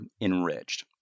enriched